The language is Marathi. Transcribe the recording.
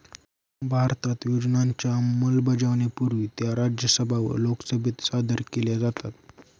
भारतात योजनांच्या अंमलबजावणीपूर्वी त्या राज्यसभा व लोकसभेत सादर केल्या जातात